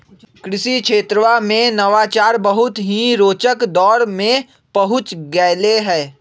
कृषि क्षेत्रवा में नवाचार बहुत ही रोचक दौर में पहुंच गैले है